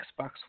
Xbox